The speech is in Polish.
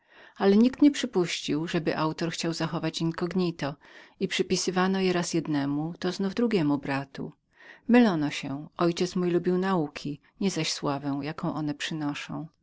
ale nikt nie przypuścił żeby autor chciał był zachować incognito i przypisywano je raz jednemu to znów drugiemu bratu mylono się mój ojciec lubił nauki nie zaś sławę jaką te przynoszą